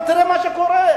אבל תראה מה שקורה.